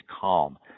calm